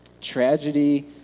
Tragedy